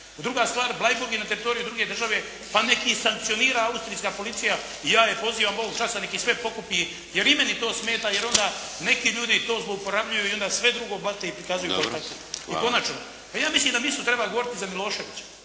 Druga stvar Bleiburg je na teritoriju druge države, pa neka ih sankcionira austrijska policija. I ja ih pozivam ovog časa neka ih sve pokupi jer i meni to smeta, jer onda neki ljudi to zlouporabljuju i onda sve drugo baca i prikazuju …/Govornik se ne razumije./… I konačno. Pa ja mislim da misu treba govoriti i za Miloševića,